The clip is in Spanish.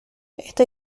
esta